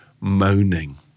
moaning